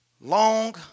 long